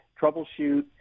troubleshoot